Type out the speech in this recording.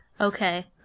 Okay